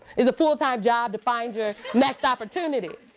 it's a full-time job to find your next opportunity.